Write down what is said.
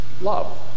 love